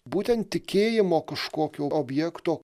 būtent tikėjimo kažkokio objekto